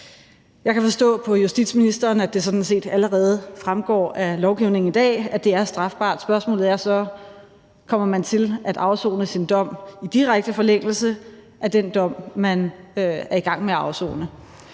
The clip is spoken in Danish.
Jeg kan forstå på justitsministeren, at det sådan set allerede fremgår af lovgivningen i dag, at det er strafbart. Spørgsmålet er så, om man kommer til at afsone sin dom i direkte forlængelse af den dom, man er i gang med at afsone.